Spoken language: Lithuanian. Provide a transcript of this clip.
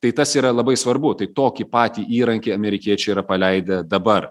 tai tas yra labai svarbu tai tokį patį įrankį amerikiečiai yra paleidę dabar